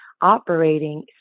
operating